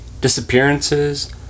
disappearances